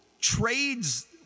trades